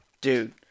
Dude